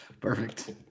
Perfect